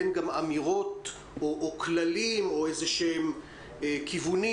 אין גם אמירות או כללים או איזשהם כיוונים